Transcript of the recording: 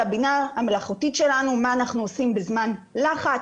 על הבינה המלאכותית שלנו מה אנחנו עושים בזמן לחץ,